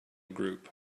group